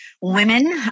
women